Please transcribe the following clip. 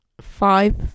five